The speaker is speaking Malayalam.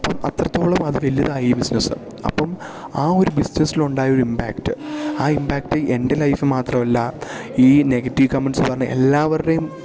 അപ്പം അത്രത്തോളം അത് വലുതായി ഈ ബിസിനസ്സ് അപ്പം ആ ഒരു ബിസിനസ്സിലുണ്ടായ ഒരു ഇമ്പാക്റ്റ് ആ ഇമ്പാക്റ്റ് എൻ്റെ ലൈഫ് മാത്രമല്ല ഈ നെഗറ്റീവ് കമെൻറ്റ്സ് പറഞ്ഞ എല്ലാവരുടെയും